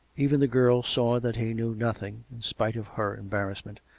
even the girl saw that he knew nothing, in spite of her embarrassment,